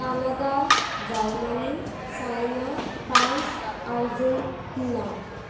Canada Germany China France Argentina